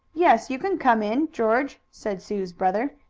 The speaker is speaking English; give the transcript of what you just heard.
yes, you can come in, george, said sue's brother.